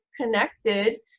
connected